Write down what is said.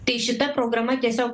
tai šita programa tiesiog